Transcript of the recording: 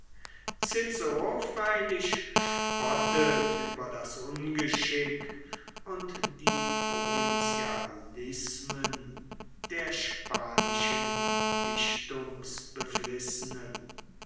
freilich spottet über das ungeschick und die provinzialismen der spanischen